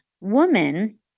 woman